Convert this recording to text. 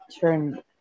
turn